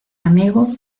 amigo